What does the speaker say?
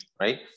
right